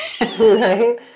Right